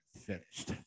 finished